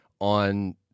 on